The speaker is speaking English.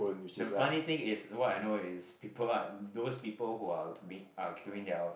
the funny thing is what I know is people are those people who are they are queuing they are